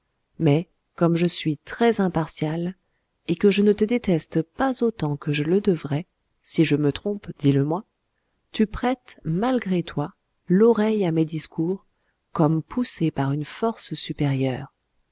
mais comme je suis très impartial et que je ne te déteste pas autant que je le devrais si je me trompe dis-le moi tu prêtes malgré toi l'oreille à mes discours comme poussé par une force supérieure